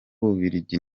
bubiligi